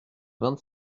vingt